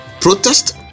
protest